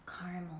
caramel